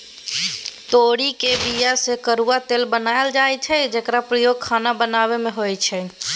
तोरीक बीया सँ करुआ तेल बनाएल जाइ छै जकर प्रयोग खाना बनाबै मे होइ छै